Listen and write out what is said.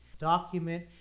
document